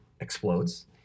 explodes